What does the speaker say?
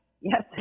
Yes